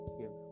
give